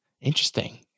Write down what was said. Interesting